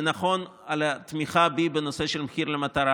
זה נכון על התמיכה בי בנושא של מחיר מטרה,